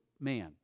man